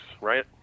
right